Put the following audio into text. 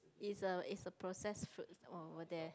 is a is a process fruits over there